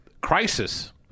crisis